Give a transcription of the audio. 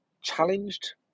challenged